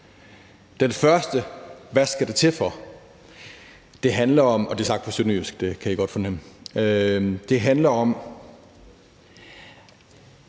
Det første »hvad skal det til for?« handler om – og det er sagt på sønderjysk, det kan I godt fornemme – at i